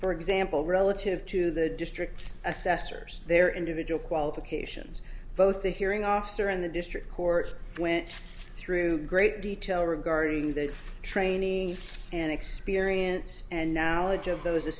for example relative to the district's assessors their individual qualifications both the hearing officer and the district court went through great detail regarding the training and experience and knowledge of those